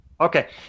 Okay